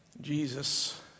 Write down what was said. Jesus